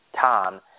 Tom